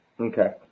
okay